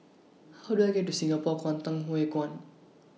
How Do I get to Singapore Kwangtung Hui Kuan